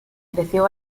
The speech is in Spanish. creció